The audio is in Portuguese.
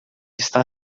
está